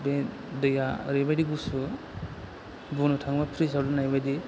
बे दैया ओरैबायदि गुसु बुंनो थाङोब्ला फ्रिजाव दोन्नायबायदि